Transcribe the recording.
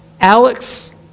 Alex